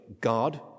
God